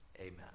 amen